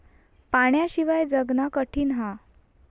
पाण्याशिवाय जगना कठीन हा